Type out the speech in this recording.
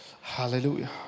hallelujah